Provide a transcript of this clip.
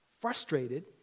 frustrated